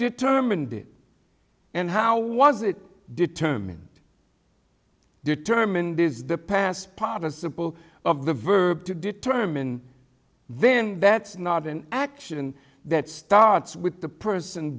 determined it and how was it determined determined is the past participle of the verb to determine then that's not an action that starts with the person